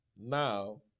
Now